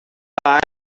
pare